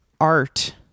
art